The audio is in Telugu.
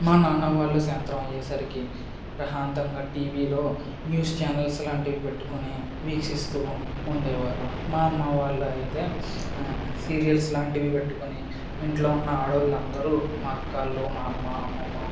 మా నాన్న వాళ్ళు సాయంత్రం అయ్యేసరికి ప్రశాంతంగా టీవీలో న్యూస్ చానల్స్ లాంటివి పెట్టుకుని వీక్షిస్తు ఉండేవారు మా అమ్మ వాళ్ళు అయితే సీరియల్స్ లాంటివి పెట్టుకుని ఇంట్లో ఉన్న ఆడవాళ్ళు అందరు మా అక్కా వాళ్ళు మా అమ్మ అమ్మమ్మ